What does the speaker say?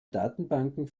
datenbanken